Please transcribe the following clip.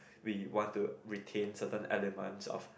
we want to retain certain elements of